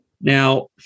Now